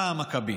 / אתה המכבי'."